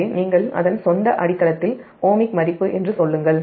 அங்கே நீங்கள் அதன் சொந்த அடித்தளத்தில் ஓமிக் மதிப்பு என்று சொல்லுங்கள்